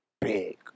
big